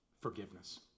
forgiveness